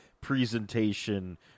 presentation